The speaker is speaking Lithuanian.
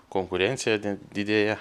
konkurencija di didėja